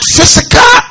Physical